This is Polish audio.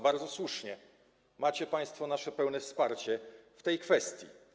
Bardzo słusznie, macie państwo nasze pełne wsparcie w tej kwestii.